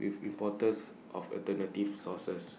with importers of alternative sources